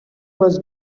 was